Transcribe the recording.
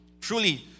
Truly